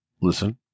listen